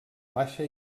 baixa